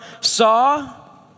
saw